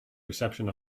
reception